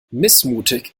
missmutig